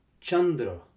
Chandra